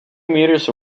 meters